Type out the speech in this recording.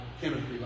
Chemistry